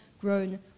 grown